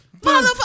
motherfucker